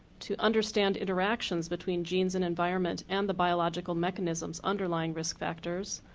to understand interactions between genes and environment and the biological mechanisms underlying risk factors,